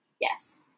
Yes